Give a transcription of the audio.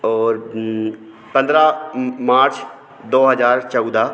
और पन्द्रह मार्च दो हज़ार चौदह